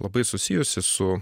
labai susijusi su